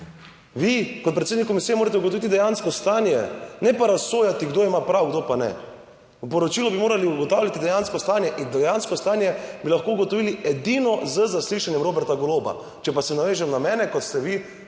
Vi kot predsednik komisije morate ugotoviti dejansko stanje, ne pa razsojati, kdo ima prav, kdo pa ne. V poročilu bi morali ugotavljati dejansko stanje in dejansko stanje bi lahko ugotovili edino z zaslišanjem Roberta Goloba. Če pa se navežem na mene, kot ste vi